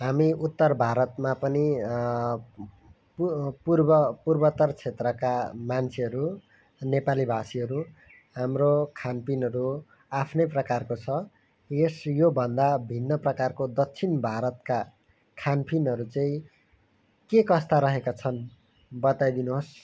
हामी उत्तर भारतमा पनि पूर्वोत्तर क्षेत्रका मान्छेहरू नेपाली भाषीहरू हाम्रो खानपिनहरू आफ्नै प्रकारको छ यस योभन्दा भिन्न प्रकारको दक्षिण भारतका खानपनिहरू चाहिँ के कस्ता रहेका छन् बताइदिनुहोस्